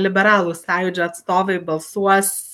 liberalų sąjūdžio atstovai balsuos